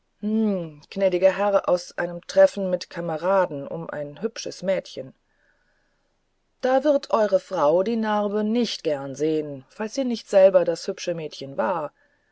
gnädiger herr aus einem treffen mit kameraden um ein hübsches mädchen da wird eure frau die narbe nicht gern sehen falls sie nicht selbst das hübsche mädchen war